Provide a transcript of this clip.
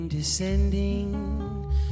Descending